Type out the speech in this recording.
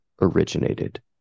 originated